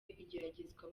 igeragezwa